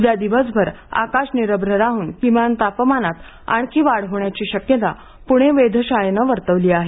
उद्या दिवसभर आकाश निरभ्र राहून किमान तापमानात आणखी वाढ होण्याची शक्यता पुणे वेधशाळेनं वर्तवली आहे